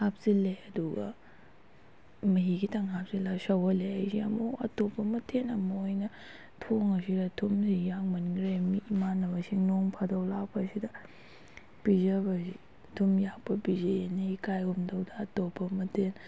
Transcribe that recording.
ꯍꯥꯞꯆꯤꯜꯂꯦ ꯑꯗꯨꯒ ꯃꯍꯤ ꯈꯤꯇꯪ ꯍꯥꯞꯆꯤꯜꯂꯒ ꯁꯧꯍꯜꯂꯦ ꯑꯩꯁꯤ ꯑꯃꯨꯛ ꯑꯇꯣꯞꯄ ꯃꯊꯦꯜ ꯑꯃ ꯑꯣꯏꯅ ꯊꯣꯡꯂꯁꯤꯔ ꯊꯨꯝꯁꯤ ꯌꯥꯛꯃꯟꯈ꯭ꯔꯦ ꯃꯤ ꯏꯃꯥꯟꯅꯕꯁꯤꯡ ꯅꯣꯡ ꯐꯥꯗꯣꯛ ꯂꯥꯛꯄꯁꯤꯗ ꯄꯤꯖꯕꯁꯤ ꯊꯨꯝ ꯌꯥꯛꯄ ꯄꯤꯖꯩ ꯍꯥꯏꯅ ꯏꯀꯥꯏꯒꯨꯝ ꯇꯧꯗꯅ ꯑꯇꯣꯞꯄ ꯃꯊꯦꯜ